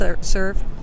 serve